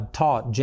taught